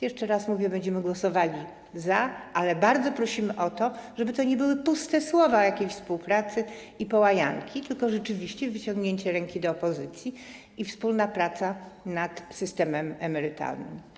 Jeszcze raz mówię: Będziemy głosowali za, ale bardzo prosimy o to, żeby to nie były puste słowa o jakiejś współpracy i połajanki, tylko rzeczywiście wyciągnięcie ręki do opozycji i wspólna praca nad systemem emerytalnym.